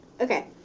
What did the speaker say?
Okay